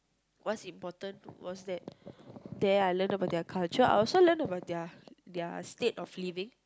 what's important was that there I learn about their culture I also learn about their their state of living